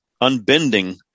unbending